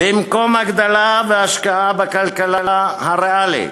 במקום הגדלה והשקעה בכלכלה הריאלית.